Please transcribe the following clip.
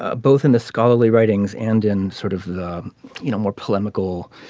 ah both in the scholarly writings and in sort of the you know more polemical